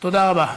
תודה רבה.